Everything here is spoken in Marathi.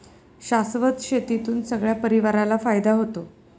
शाश्वत शेतीतून सगळ्या परिवाराला फायदा होतो